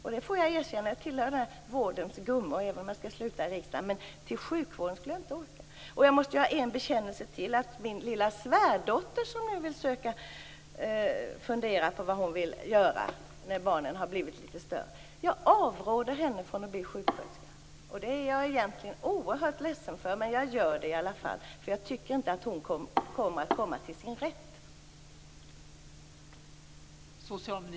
Jag får erkänna att jag tillhör vårdens gummor. Även om jag nu slutar i riksdagen skulle jag inte orka. Jag måste göra en annan bekännelse. Min svärdotter funderar på vad hon vill göra när barnen har blivit större, men jag avråder henne från att bli sjuksköterska. Det är jag egentligen oerhört ledsen för, men jag gör det i alla fall då jag tycker att hon inte skulle komma till sin rätt i vården.